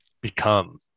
Become